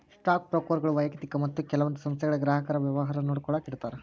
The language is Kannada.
ಸ್ಟಾಕ್ ಬ್ರೋಕರ್ಗಳು ವ್ಯಯಕ್ತಿಕ ಮತ್ತ ಕೆಲವೊಂದ್ ಸಂಸ್ಥೆಗಳ ಗ್ರಾಹಕರ ವ್ಯವಹಾರ ನೋಡ್ಕೊಳ್ಳಾಕ ಇರ್ತಾರ